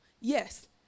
Yes